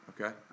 Okay